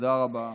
תודה רבה.